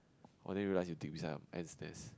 oh then you just dig beside an ant nest